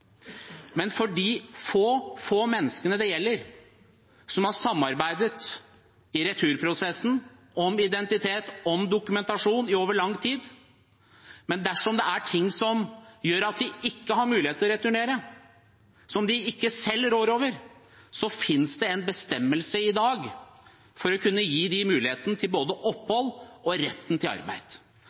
Men for de få, få menneskene det gjelder, som har samarbeidet i returprosessen om identitet, om dokumentasjon, i lang tid, men der det er ting de ikke selv rår over, som gjør at de ikke har mulighet til å returnere, finnes det i dag en bestemmelse som kan gi dem muligheten til både opphold og rett til arbeid.